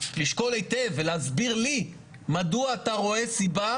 לשקול היטב ולהסביר לי מדוע אתה רואה סיבה